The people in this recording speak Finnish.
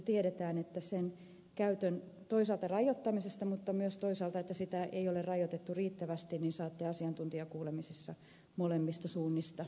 tiedetään että toisaalta sen käytön rajoittamisesta mutta myös toisaalta siitä että sitä ei ole rajoitettu riittävästi saatte asiantuntijakuulemisessa molemmista suunnista varmastikin palautetta